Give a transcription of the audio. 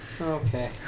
okay